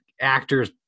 actors